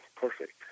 perfect